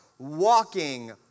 walking